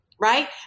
right